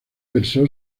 versó